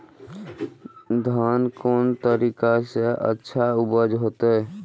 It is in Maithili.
धान कोन तरीका से अच्छा उपज होते?